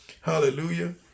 Hallelujah